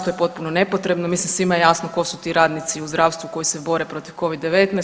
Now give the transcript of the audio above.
To je potpuno nepotrebno, mislim svima je jasno tko su ti radnici u zdravstvu koji se bore protiv Covid-19.